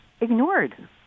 ignored